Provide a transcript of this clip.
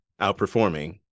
outperforming